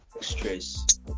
stress